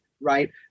Right